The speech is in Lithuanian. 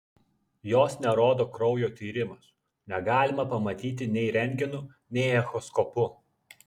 jos nerodo kraujo tyrimas negalima pamatyti nei rentgenu nei echoskopu